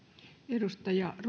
arvoisa